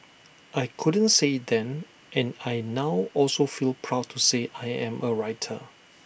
I couldn't say IT then and I now also feel proud to say I am A writer